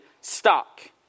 stuck